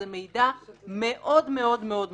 זה מידע מאוד מאוד מאוד משחיר.